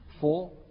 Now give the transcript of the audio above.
Four